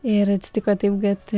ir atsitiko taip kad